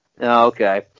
Okay